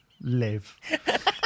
live